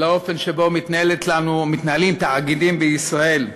לאופן שבו מתנהלים תאגידים בישראל.